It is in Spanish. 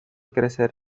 crecer